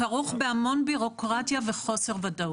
הוא כרוך בהמון בירוקרטיה וחוסר ודאות.